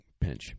pinch